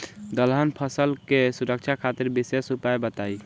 दलहन फसल के सुरक्षा खातिर विशेष उपाय बताई?